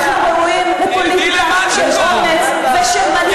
אנחנו ראויים לפוליטיקה של אומץ, יש גבול.